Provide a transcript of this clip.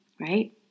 right